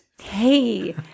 Hey